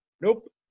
Nope